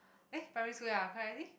eh primary school ya correctly